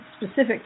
specific